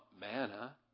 manna